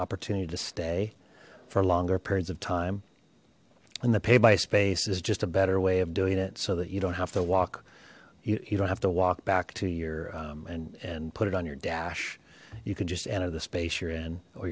opportunity to stay for longer periods of time and the pay by space is just a better way of doing it so that you don't have to walk you don't have to walk back to your and and put it on your you could just enter the space you're in or